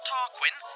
Tarquin